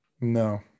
no